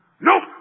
Nope